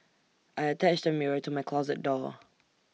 I attached A mirror to my closet door